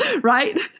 right